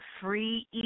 free